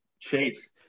Chase